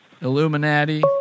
Illuminati